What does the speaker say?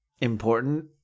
important